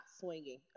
swinging